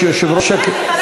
יכול להיות שיושב-ראש הכנסת,